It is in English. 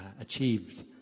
achieved